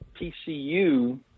pcu